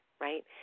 right